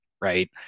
right